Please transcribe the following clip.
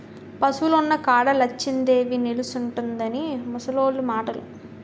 పశువులున్న కాడ లచ్చిందేవి నిలుసుంటుందని ముసలోళ్లు మాటలు